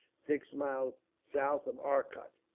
six miles south of arcot.